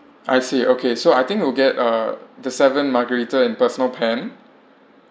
I see okay so I think will get uh the seven margherita in personal pan